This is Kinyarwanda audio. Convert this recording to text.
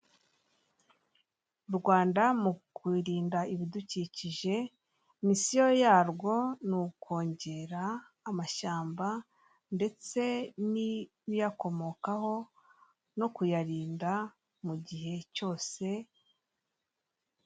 Mu Rwanda mu kurinda ibidukikije misiyo yarwo ni ukongera amashyamba ndetse n'ibiyakomokaho no kuyarinda mugihe cyose.